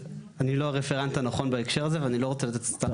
אני לא הרפרנט הנכון בהקשר הזה ואני לא רוצה לתת סתם תשובות.